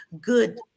good